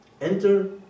Enter